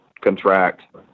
contract